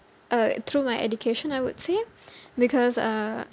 uh through my education I would say because uh